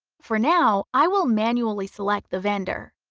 for now i will manually select the vendor.